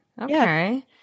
Okay